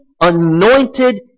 anointed